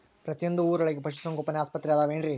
ಪ್ರತಿಯೊಂದು ಊರೊಳಗೆ ಪಶುಸಂಗೋಪನೆ ಆಸ್ಪತ್ರೆ ಅದವೇನ್ರಿ?